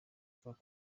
avuga